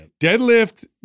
Deadlift